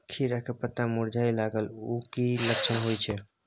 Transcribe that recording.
खीरा के पत्ता मुरझाय लागल उ कि लक्षण होय छै?